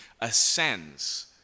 ascends